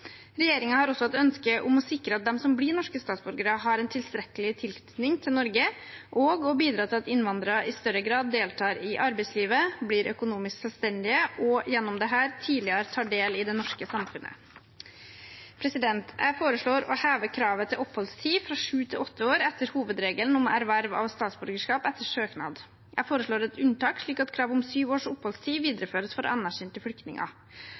har også et ønske om å sikre at de som blir norske statsborgere, har en tilstrekkelig tilknytning til Norge, og å bidra til at innvandrere i større grad deltar i arbeidslivet, blir økonomisk selvstendige og gjennom dette tidligere tar del i det norske samfunnet. Jeg foreslår å heve kravet til oppholdstid fra sju til åtte år etter hovedregelen om erverv av statsborgerskap etter søknad. Jeg foreslår et unntak, slik at krav om syv års oppholdstid videreføres for anerkjente flyktninger.